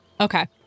Okay